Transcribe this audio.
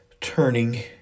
turning